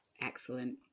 Excellent